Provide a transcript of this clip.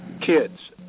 kids